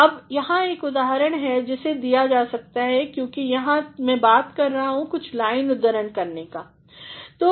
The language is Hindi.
अब यहाँ एक उदाहरण है जिसे दिया जा सकता है और क्योंकियहाँ मै बात कर रहा हूँ कुछ लाइन उद्धरण करने की ठीक